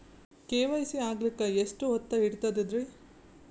KYC ಆಗಲಕ್ಕ ಎಷ್ಟ ಹೊತ್ತ ಹಿಡತದ್ರಿ?